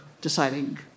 deciding